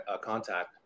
contact